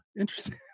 interesting